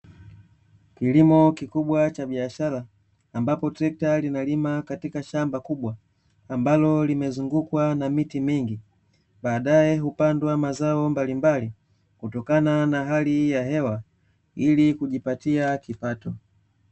Kilimo kikubwa cha biashara, ambapo trekta linalima katika shamba kubwa, ambalo limezungukwa na miti mingi. Baadaye hupandwa mazao mbalimbali, kutokana na hali ya hewa, ili kujipatia kipato.